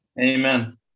Amen